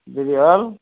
দেৰি হ'ল